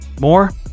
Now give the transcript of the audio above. more